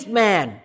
man